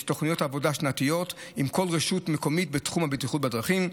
ויש תוכניות עבודה שנתיות עם כל רשות מקומית בתחום הבטיחות בדרכים.